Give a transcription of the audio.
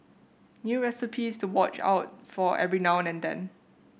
new recipes to watch out for every now and then